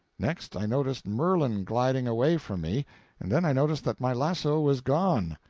next, i noticed merlin gliding away from me and then i noticed that my lasso was gone!